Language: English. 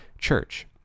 Church